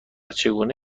چگونه